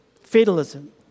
Fatalism